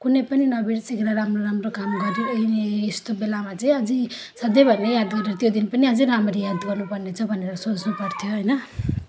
कुनै पनि नबिर्सिकन राम्रो राम्रो काम गरेर अनि यस्तो बेलामा चाहिँ अझै सधैँ भन्ने याद गरेर त्यो दिन पनि अझै राम्ररी याद गर्नुपर्ने छ भनेर सोच्नुपर्थ्यो होइन